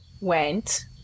went